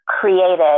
created